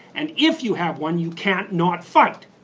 and if you have one, you can't not fight.